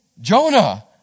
Jonah